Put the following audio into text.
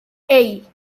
hey